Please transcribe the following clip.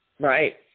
Right